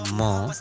more